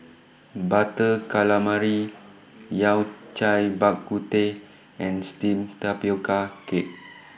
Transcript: Butter Calamari Yao Cai Bak Kut Teh and Steamed Tapioca Cake